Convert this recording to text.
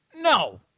No